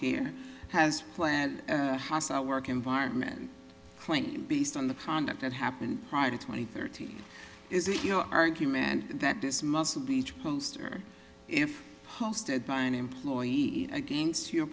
here has planned hostile work environment point based on the conduct that happened prior to twenty thirty is it your argument that this muscle beach post or if hosted by an employee against your